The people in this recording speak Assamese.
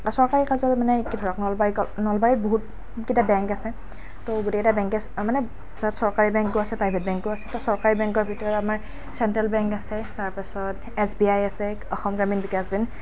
বা চৰকাৰী কাৰ্যালয়ত মানে এতিয়া ধৰক নলবাৰীক নলবাৰীত বহুতকেইটা বেংক আছে ত' গোটেইকেইটা বেংকে মানে তাত চৰকাৰী বেংকো আছে প্ৰাইভেট বেংকো আছে চৰকাৰী বেংকৰ ভিতৰত আমাৰ চেন্ট্ৰেল বেংক আছে তাৰ পিছত এচ বি আই আছে অসম গ্ৰামীণ বিকাশ বেংক